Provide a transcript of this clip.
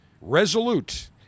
resolute